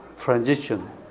transition